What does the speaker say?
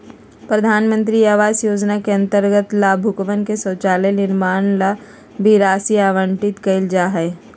प्रधान मंत्री आवास योजना के अंतर्गत लाभुकवन के शौचालय निर्माण ला भी राशि आवंटित कइल जाहई